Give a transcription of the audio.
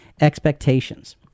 expectations